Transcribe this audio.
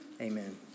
Amen